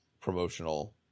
promotional